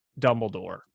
Dumbledore